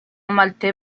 maltais